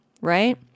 right